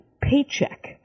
Paycheck